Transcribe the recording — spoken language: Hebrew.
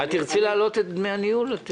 תרצי להעלות את נושא דמי הניהול?